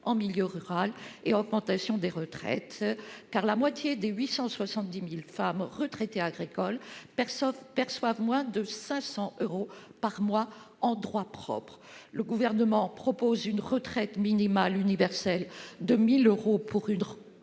en milieu rural et augmentation des retraites. En effet, la moitié des 870 000 femmes retraitées agricoles perçoivent moins de 500 euros par mois en droit propre. Le Gouvernement propose une retraite minimale universelle de 1 000 euros pour une